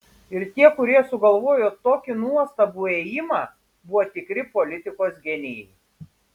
ir tie kurie sugalvojo tokį nuostabų ėjimą buvo tikri politikos genijai